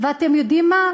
ואתם יודעים מה?